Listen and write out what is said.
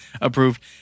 Approved